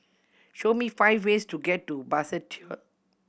show me five ways to get to Basseterre